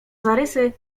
zarysy